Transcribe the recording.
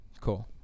cool